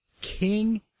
King